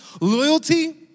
loyalty